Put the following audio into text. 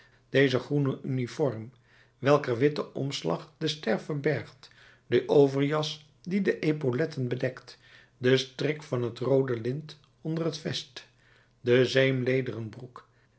deze groene uniform welker witte omslag de ster verbergt de overjas die de epauletten bedekt de strik van het roode lint onder het vest de zeemlederen broek